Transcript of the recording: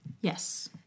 Yes